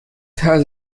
has